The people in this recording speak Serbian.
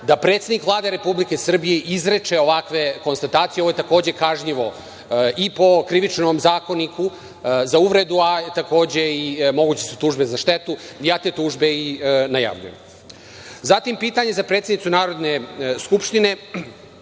da predsednik Vlade Republike Srbije izriče ovakve konstatacije. Ovo je takođe kažnjivo i po Krivičnom zakoniku za uvredu, a takođe su moguće tužbe za štetu. Ja te tužbe i najavljujem. Zatim, pitanje za predsedniku Narodne skupštine.